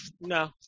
No